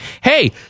Hey